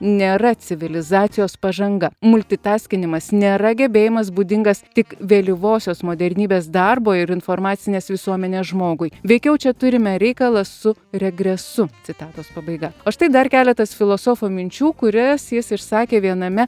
nėra civilizacijos pažanga multitaskinimas nėra gebėjimas būdingas tik vėlyvosios modernybės darbo ir informacinės visuomenės žmogui veikiau čia turime reikalą su regresu citatos pabaiga o štai dar keletas filosofo minčių kurias jis išsakė viename